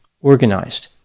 organized